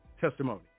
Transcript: testimony